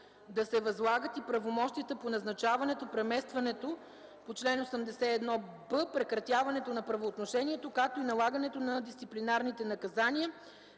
да се възлагат и правомощията по назначаването, преместването по чл. 81б, прекратяването на правоотношението, както и налагането на дисциплинарни наказания.